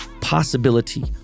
possibility